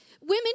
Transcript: Women